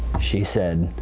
she said,